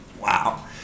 Wow